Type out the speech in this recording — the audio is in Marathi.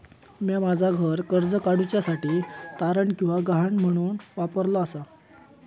म्या माझा घर कर्ज काडुच्या साठी तारण किंवा गहाण म्हणून वापरलो आसा